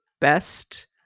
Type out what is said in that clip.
best